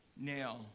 Now